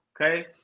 okay